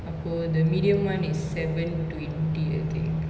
அப்போ:appo the medium one is seven twenty I think